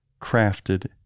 crafted